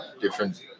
different